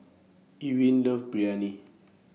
Ewin loves Biryani